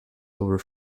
over